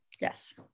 Yes